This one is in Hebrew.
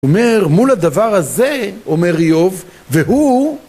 ‫אומר, מול הדבר הזה, ‫אומר איוב, והוא...